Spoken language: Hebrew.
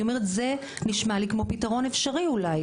אני אומרת, זה נשמע לי כמו פתרון אפשרי אולי.